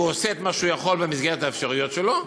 והוא עושה את מה שהוא יכול במסגרת האפשרויות שלו,